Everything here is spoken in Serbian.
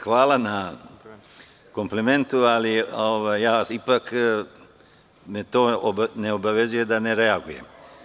Hvala na komplimentu, ali me to ipak ne obavezuje da reagujem.